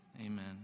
Amen